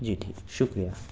جی ٹھیک شکریہ